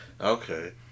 Okay